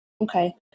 Okay